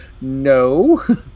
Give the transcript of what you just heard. No